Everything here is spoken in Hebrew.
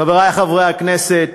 חברי חברי הכנסת,